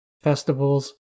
festivals